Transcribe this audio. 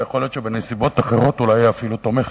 ויכול להיות שבנסיבות אחרות היא אולי אפילו תומכת.